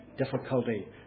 difficulty